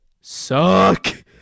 suck